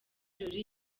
jolie